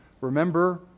remember